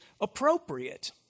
appropriate